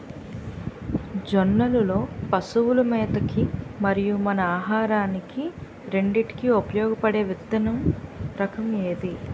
జొన్నలు లో పశువుల మేత కి మరియు మన ఆహారానికి రెండింటికి ఉపయోగపడే విత్తన రకం ఏది?